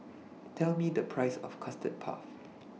Tell Me The Price of Custard Puff